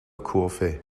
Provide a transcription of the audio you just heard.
kurve